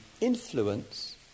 influence